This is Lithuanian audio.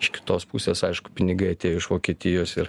iš kitos pusės aišku pinigai atėjo iš vokietijos ir